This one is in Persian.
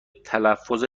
تلفظ